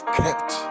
kept